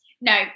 no